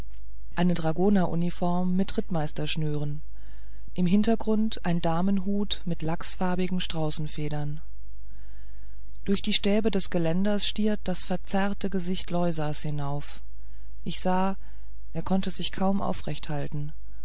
eine dragoneruniform mit rittmeisterschnüren im hintergrund ein damenhut mit lachsfarbigen straußenfedern durch die stäbe des geländers stierte das verzerrte gesicht loisas hinauf ich sah er konnte sich kaum aufrecht halten